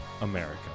America